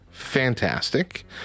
fantastic